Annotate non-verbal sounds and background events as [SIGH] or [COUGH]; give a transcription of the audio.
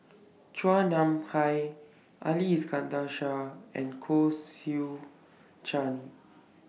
[NOISE] Chua Nam Hai Ali Iskandar Shah and Koh Seow Chuan